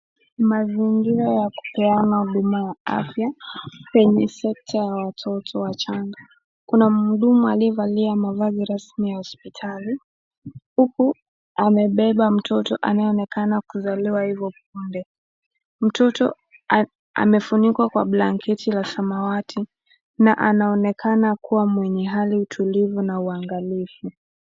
Ni mazingira ya kupeana huduma ya afya kwenye sekta ya watoto wachanga. Kuna mhudumu aliyevalia mavazi rasmi ya hospitali huku amebeba mtoto anayeonekana kuzaliwa ivo punde. Mtoto amefunikwa kwa blanketi la samawati na anaonekana kuwa mwenye hali tulivu na uangalifu.